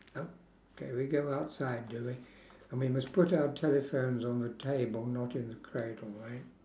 okay we go outside do we and we must put our telephones on the table not in the cradle right